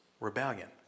rebellion